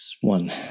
one